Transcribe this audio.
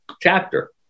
chapter